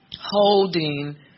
holding